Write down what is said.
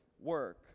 work